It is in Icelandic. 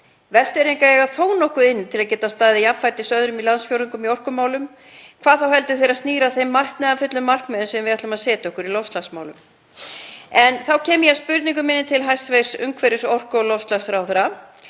Vestfirðingar eiga þó nokkuð inni til að geta staðið jafnfætis öðrum landsfjórðungum í orkumálum, hvað þá heldur þegar snýr að þeim metnaðarfullu markmiðum sem við ætlum að setja okkur í loftslagsmálum. Þá kem ég að spurningu minni til hæstv. umhverfis-, orku- og loftslagsráðherra